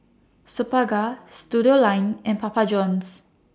Superga Studioline and Papa Johns